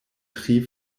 tri